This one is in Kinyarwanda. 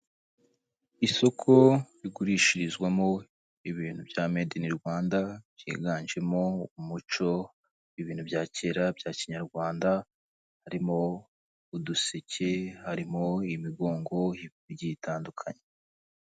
Isoko rigurishirizwamo ibintu bya madi ini Rwanda byiganjemo umuco, ibintu bya kera bya kinyarwanda harimo uduseke, harimo imigongo, ibintu bigiye bitandukanye.